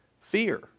fear